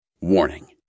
Warning